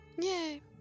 Yay